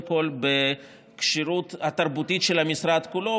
כול בכשירות התרבותית של המשרד כולו,